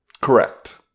Correct